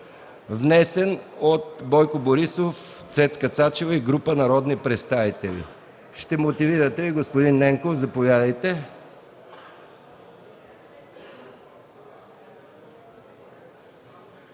внесен от Бойко Борисов, Цецка Цачева и група народни представители. Ще мотивирате ли предложението? Заповядайте,